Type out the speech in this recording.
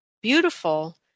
beautiful